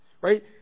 Right